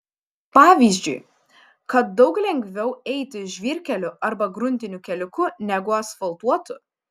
pavyzdžiui kad daug lengviau eiti žvyrkeliu arba gruntiniu keliuku negu asfaltuotu